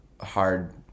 hard